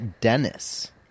Dennis